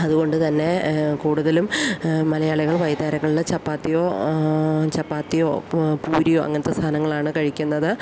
അതുകൊണ്ട് തന്നെ കൂടുതലും മലയാളികൾ വൈകുന്നേരങ്ങളിൽ ചപ്പാത്തിയോ ചപ്പാത്തിയോ പ് പൂരിയോ അങ്ങൻത്തെ സാധനങ്ങളാണ് കഴിക്കുന്നത്